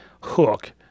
hook